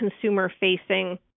consumer-facing